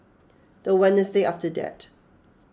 the Wednesday after that